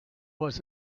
was